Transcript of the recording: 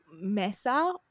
mesa